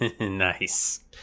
nice